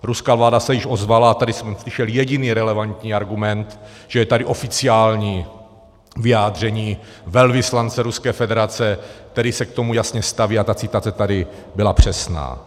Ruská vláda se již ozvala a tady jsem slyšel jediný relevantní argument, že je tady oficiální vyjádření velvyslance Ruské federace, který se k tomu jasně staví, a ta citace tady byla přesná.